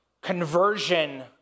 conversion